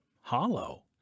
hollow